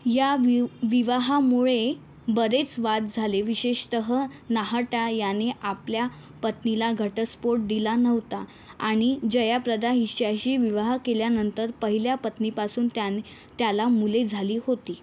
या विव विवाहामुळे बरेच वाद झाले विशेषत नाहटा यानी आपल्या पत्नीला घटस्फोट दिला नव्हता आणि जयाप्रदा हिच्याशी विवाह केल्यानंतर पहिल्या पत्नीपासून त्यां त्याला मुले झाली होती